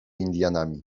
indianami